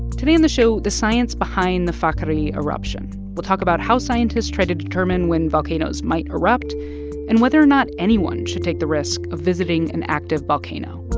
today on the show, the science behind the whakaari eruption. we'll talk about how scientists try to determine when volcanoes might erupt and whether or not anyone should take the risk of visiting an active volcano